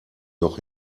noch